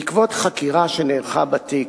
בעקבות חקירה שנערכה בתיק,